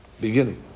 beginning